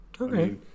okay